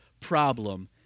problem